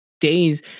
days